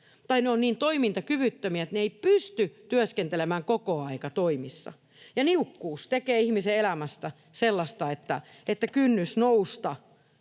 tai niin toimintakyvyttömiä, että ne eivät pysty työskentelemään kokoaikatoimissa, ja niukkuus tekee ihmisen elämästä sellaista, että kynnys nousta,